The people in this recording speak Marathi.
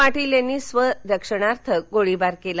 पाटील यांनी स्वसंरक्षणार्थ गोळीबार केला